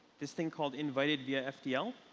this thing called invited via fdl.